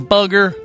Bugger